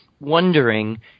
wondering